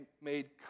made